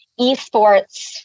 esports